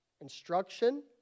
instruction